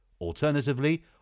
Alternatively